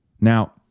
Now